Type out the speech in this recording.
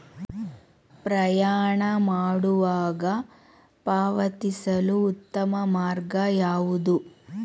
ಪ್ರಯಾಣ ಮಾಡುವಾಗ ಪಾವತಿಸಲು ಉತ್ತಮ ಮಾರ್ಗ ಯಾವುದು?